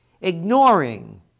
ignoring